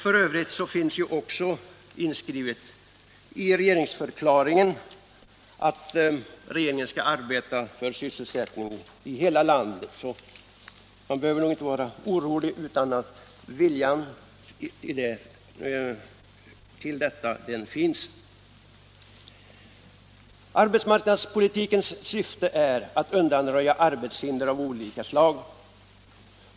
Det finns f. ö. också inskrivet i regeringsdeklarationen att regeringen skall arbeta för sysselsättningen i hela landet — och att viljan härtill finns behöver man inte vara orolig för! Arbetsmarknadspolitikens syfte är att undanröja arbetshinder av olika slag.